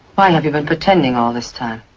why have you been pretending all this time?